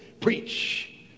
preach